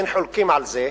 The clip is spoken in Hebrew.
אין חולקים על זה,